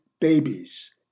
babies